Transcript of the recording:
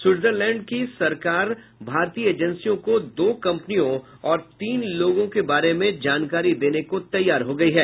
Switzerland की सरकार भारतीय एजेंसियों को दो कंपनियों और तीन लोगों के बारे में जानकारी देने को तैयार हो गयी है